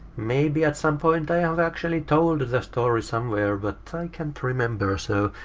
maybe at some point i have actually told the story somewhere, but i can't remember, so.